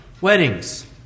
weddings